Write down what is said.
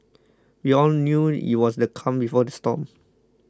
we all knew it was the calm before the storm